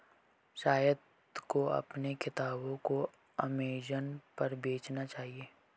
सैयद को अपने किताबों को अमेजन पर बेचना चाहिए